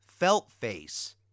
Feltface